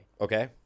Okay